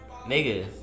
nigga